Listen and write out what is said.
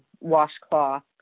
washcloth